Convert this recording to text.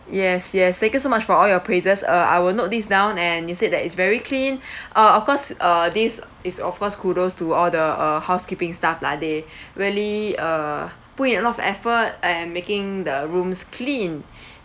yes yes thank you so much for all your praises uh I will note this down and you said that it's very clean uh of course uh this is of course kudos to all the uh housekeeping staff lah they really uh put in a lot of effort and making the rooms clean